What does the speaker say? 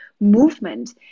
movement